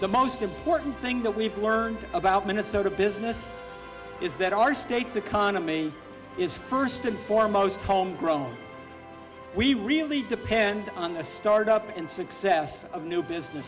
the most important thing that we've learned about minnesota business is that our state's economy is first and foremost home grown we really depend on the start up and success of new business